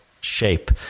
shape